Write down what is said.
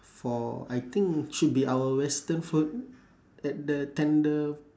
for I think should be our western food at the tender~